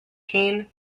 cane